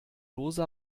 dose